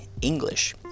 English